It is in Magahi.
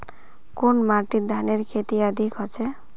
कुन माटित धानेर खेती अधिक होचे?